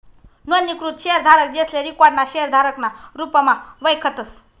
नोंदणीकृत शेयरधारक, जेसले रिकाॅर्ड ना शेयरधारक ना रुपमा वयखतस